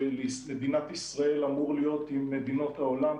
שלמדינת ישראל אמור להיות עם מדינות העולם,